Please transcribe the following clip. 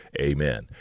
Amen